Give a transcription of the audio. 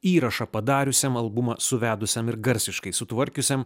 įrašą padariusiam albumą suvedusiam ir garsiškai sutvarkiusiam